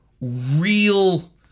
real